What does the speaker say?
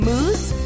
Moose